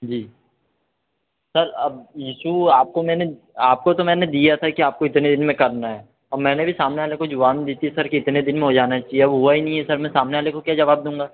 जी sir अब ईशू आपको मैंने आपको तो मैंने दिया था कि आपको इतने दिन में करना है और मैंने भी सामने वाले को जुबान दी थी सर कि इतने दिन में हो जाना चाहिए अब हुआ ही नहीं है सर मैं सामने वाले को क्या जवाब दूँगा